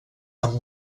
amb